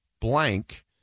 blank